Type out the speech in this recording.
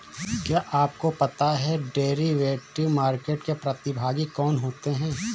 क्या आपको पता है कि डेरिवेटिव मार्केट के प्रतिभागी कौन होते हैं?